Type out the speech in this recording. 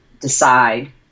decide